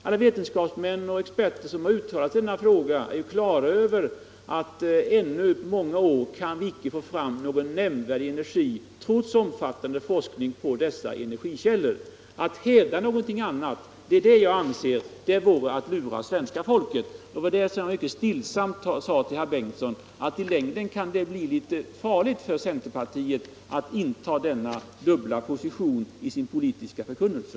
Alla vetenskapsmän och experter som har uttalat sig i denna fråga är på det klara med att vi ännu inte på många år kan få fram någon nämnvärd energi trots omfattande forskning om dessa energislag. Att hävda något annat, anser jag, vore att lura det svenska folket. Det var detta som jag mycket stillsamt sade till herr Bengtson. I längden kan det bli litet farligt för centerpartiet att inta dubbla positioner i sin politiska förkunnelse.